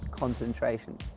concentration,